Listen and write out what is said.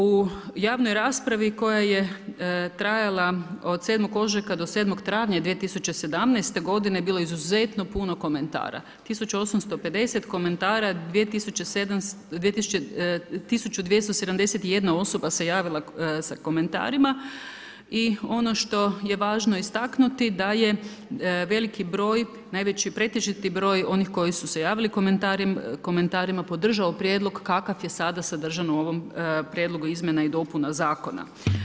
U javnoj raspravi koja je trajala od 7. ožujka do 7. travnja 2017. godine bilo je izuzetno puno komentara, 1 850 komentara, 1 271 osoba se javila sa komentarima i ono što je važno istaknuti da je veliki broj, pretežiti broj onih koji su se javili, komentarima podržao prijedlog kakav je sada sadržan u ovom prijedlogu izmjena i dopuna zakona.